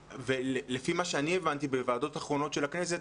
לי מה שאני הבנתי בוועדות האחרונות של הכנסת,